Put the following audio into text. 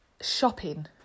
shopping